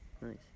Nice